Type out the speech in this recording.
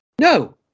no